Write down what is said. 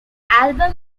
album